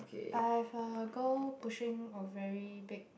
but I have uh girl pushing or very big